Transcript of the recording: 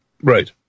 Right